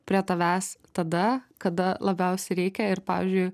prie tavęs tada kada labiausiai reikia ir pavyzdžiui